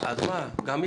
את